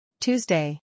Tuesday